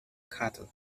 cattle